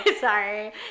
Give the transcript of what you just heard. Sorry